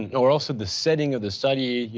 and or also, the setting of the study,